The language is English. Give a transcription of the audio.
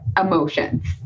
emotions